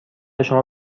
شما